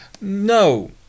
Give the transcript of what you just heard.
No